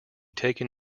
taken